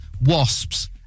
wasps